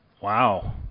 Wow